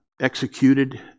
executed